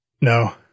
No